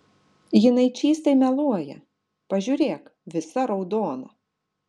jinai čystai meluoja pažiūrėk visa raudona